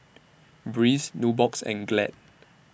Breeze Nubox and Glad